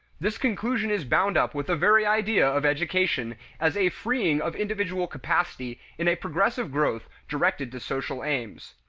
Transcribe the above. this conclusion is bound up with the very idea of education as a freeing of individual capacity in a progressive growth directed to social aims.